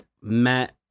Matt